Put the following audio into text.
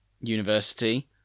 university